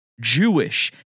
Jewish